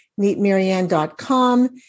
meetmarianne.com